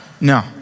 No